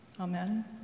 Amen